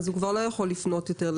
הוא כבר לא יכול לפנות יותר.